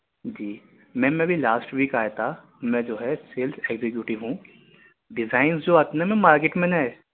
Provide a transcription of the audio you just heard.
جی ma'am میں ابھی last week آیا تھا میں جو ہے سیلس ایکزیکیوٹیو ہوں ڈیزائنس جو آپ نے نا میں نے